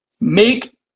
Make